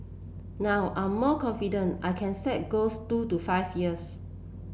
now I'm more confident I can set goals two to five years